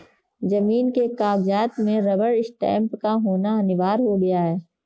जमीन के कागजात में रबर स्टैंप का होना अनिवार्य हो गया है